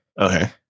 Okay